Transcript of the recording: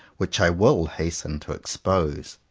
which i will hasten to expose.